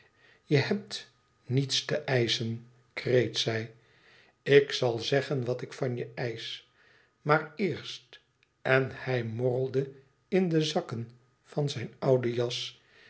je hebt niets te eischen kreet zij ik zal zeggen wat ik van je eisch maar eerst en hij morrelde in de zakken van zijn oude jas